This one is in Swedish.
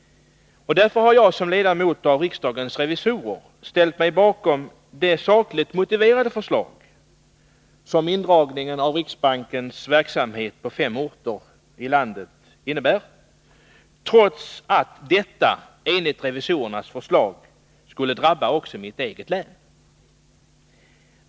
Därför har jag som ledamot av riksdagens revisorer ställt mig bakom det sakligt motiverade förslag som indragningen av riksbankens verksamhet på fem orter i landet innebär, trots att detta enligt revisorernas förslag skulle drabba också mitt eget län.